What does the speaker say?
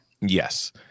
Yes